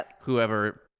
whoever